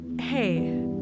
Hey